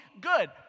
Good